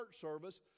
service